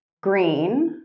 green